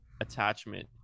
attachment